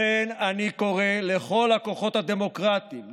לכן אני קורא לכל הכוחות הדמוקרטיים,